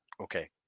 okay